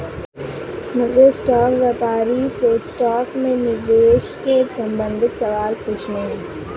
मुझे स्टॉक व्यापारी से स्टॉक में निवेश के संबंधित सवाल पूछने है